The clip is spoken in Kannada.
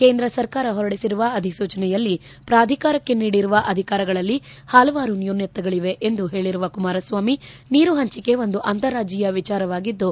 ಕೇಂದ್ರ ಸರ್ಕಾರ ಹೊರಡಿಸಿರುವ ಅಧಿಸೂಚನೆಯಲ್ಲಿ ಪ್ರಾಧಿಕಾರಕ್ಷೆ ನೀಡಿರುವ ಅಧಿಕಾರಗಳಲ್ಲಿ ಹಲವಾರು ನ್ಯೂನತೆಗಳವೆ ಎಂದು ಹೇಳರುವ ಕುಮಾರಸ್ವಾಮಿ ನೀರು ಪಂಚಿಕೆ ಒಂದು ಅಂತಾರಾಜ್ಯ ವಿಚಾರವಾಗಿದ್ದು